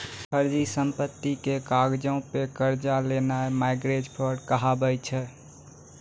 फर्जी संपत्ति के कागजो पे कर्जा लेनाय मार्गेज फ्राड कहाबै छै